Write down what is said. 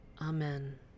amen